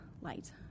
light